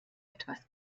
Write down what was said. etwas